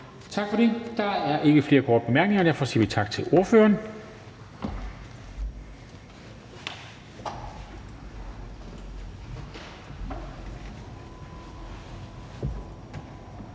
Tak for det. Der er ikke flere korte bemærkninger. Derfor siger vi tak til ordføreren.